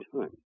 time